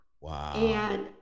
Wow